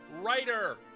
writer